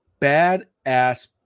badass